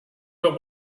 but